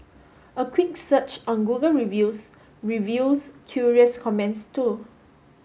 a quick search on Google Reviews reveals curious comments too